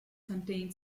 contain